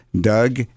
doug